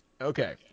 Okay